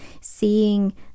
seeing